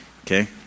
okay